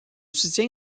soutient